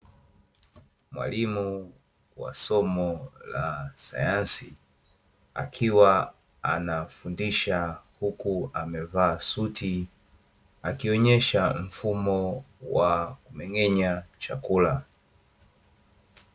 Mwalimu wa somo la sayansi, akiwa anafundisha huku amevaa suti, akionyesha mfumo wa kumeng'enya chakula.